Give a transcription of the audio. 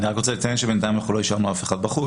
אני רק רוצה לציין שבינתיים אנחנו לא השארנו אף אחד בחוץ.